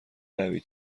قوی